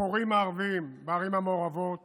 לפורעים הערבים בערים המעורבות